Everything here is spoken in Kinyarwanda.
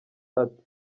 ati